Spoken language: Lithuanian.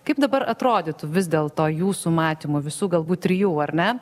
kaip dabar atrodytų vis dėl to jūsų matymu visų galbūt trijų ar ne